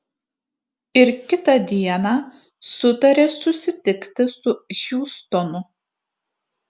ir kitą dieną sutarė susitikti su hjustonu